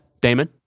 Damon